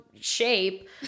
shape